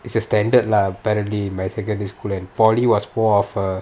it's a standard lah apparently in my secondary school and polytechnic was more of a